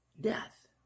death